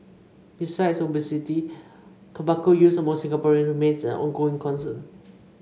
besides obesity tobacco use among Singaporeans remains an ongoing concern